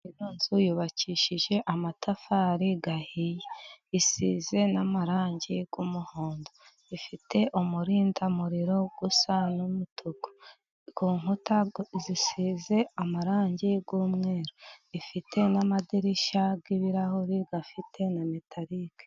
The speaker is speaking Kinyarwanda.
Iyi nzu yubakishije amatafari ahiye. Isize n'amarangi y'umuhondo. Ifite umurindimuro usa n'umutuku. Ku nkuta zisize amarangi y'umweru. Ifite amadirishya ry'ibirahuri afite na metalic.